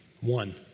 one